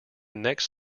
next